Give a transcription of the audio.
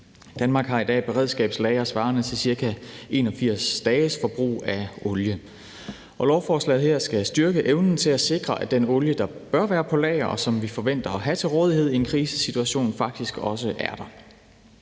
Danmark har i dag et beredskabslager svarende til ca. 81 dages forbrug af olie. Lovforslaget skal styrke evnen til at sikre, at den olie, der bør være på lager, og som vi forventer at have til rådighed i en krisesituation, faktisk også er der.